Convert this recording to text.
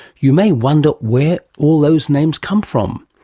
you may wonder where all those names come from.